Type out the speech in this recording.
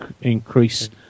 increase